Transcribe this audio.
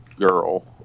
girl